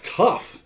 tough